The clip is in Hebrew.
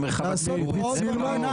זה לא פרעות.